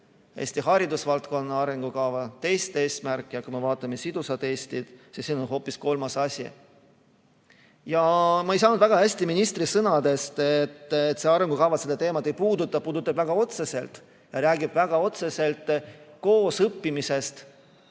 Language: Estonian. Eesti haridusvaldkonna arengukava teise eesmärgi, aga kui me vaatame sidusa Eesti arengukava, siis seal on hoopis kolmas asi. Ma ei saanud väga hästi aru ministri sõnadest, et see arengukava seda teemat ei puuduta. Puudutab väga otseselt, see räägib väga otseselt koosõppimisest,